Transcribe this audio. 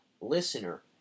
listener